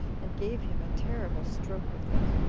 and gave him a terrible stroke with it,